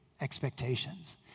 expectations